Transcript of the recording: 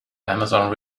amazon